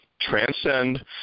transcend